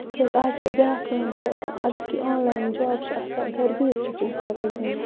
تِکیازِ آز چھُ بیاکھ کٲم چھُ اَگر کیٚنٛہہ آنلاین جابٕز چھِ آسان گرِ بِہِتھ چھِ پونٛسہٕ ہیٚکان زیٖنِتھ